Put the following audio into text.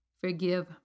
forgive